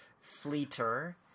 Fleeter